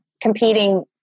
competing